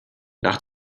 nach